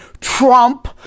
Trump